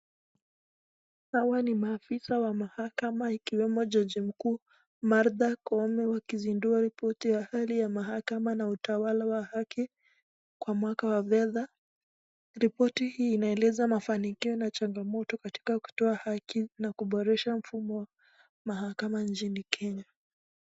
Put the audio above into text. Hawa ni maafisa wa mahaka ikiwemo jaji mkuu Martha Koome, wakizindua ripoti ya hali ya mahakama na utawala wa haki kwa mwaka wa fedha. Ripoti hii inaeleza mafanikio na changamoto katika kutoa haki na kuboresha mfumo wa mahakama nchini Kenya.